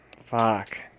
Fuck